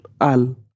al